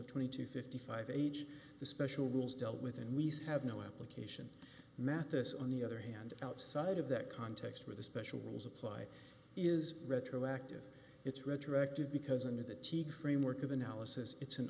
of twenty to fifty five age the special rules dealt with and we have no application mathes on the other hand outside of that context with the special rules apply is retroactive it's retroactive because under the team the framework of analysis it's an